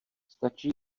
stačí